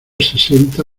sesenta